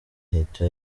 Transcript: ihita